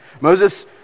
Moses